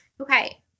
Okay